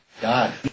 God